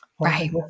Right